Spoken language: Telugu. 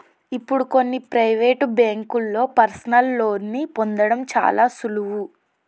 ఇప్పుడు కొన్ని ప్రవేటు బ్యేంకుల్లో పర్సనల్ లోన్ని పొందడం చాలా సులువు